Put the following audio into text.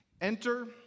Enter